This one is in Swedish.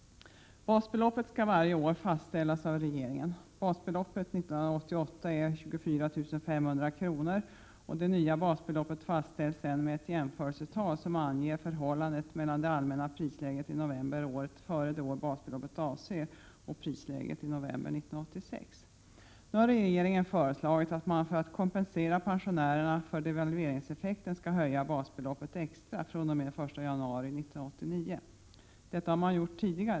Basbeloppet skall varje år fastställas av regeringen. Basbeloppet 1988 är 24 500 kr., och det nya basbeloppet fastställs sedan med ett jämförelsetal som anger förhållandet mellan det allmänna prisläget i november året före det år basbeloppet avser och prisläget i november 1986. Nu har regeringen föreslagit att man för att kompensera pensionärerna för devalveringseffekten skall höja basbeloppet extra fr.o.m. den 1 januari 1989. Man har gjort på samma sätt tidigare.